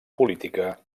política